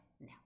no